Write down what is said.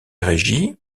régie